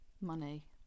money